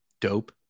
dope